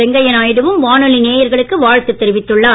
வெங்கையா நாயுடுவும் வானொலி நேயர்களுக்கு வாழ்த்து தெவிரித்துள்ளார்